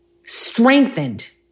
strengthened